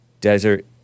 desert